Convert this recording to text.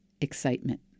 excitement